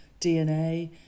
DNA